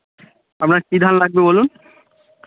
আপনার কী ধান লাগবে বলুন